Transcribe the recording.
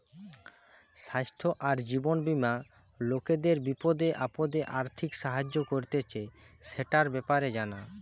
স্বাস্থ্য আর জীবন বীমা লোকদের বিপদে আপদে আর্থিক সাহায্য করতিছে, সেটার ব্যাপারে জানা